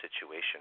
situation